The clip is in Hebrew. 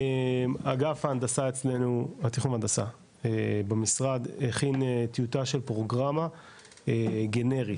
אגף ההנדסה אצלנו במשרד הכין טיוטה של פרוגרמה גנרית,